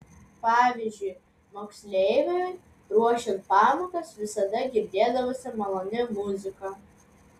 pavyzdžiui moksleiviui ruošiant pamokas visada girdėdavosi maloni muzika